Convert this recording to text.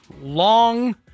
long